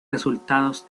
resultados